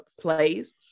plays